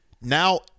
now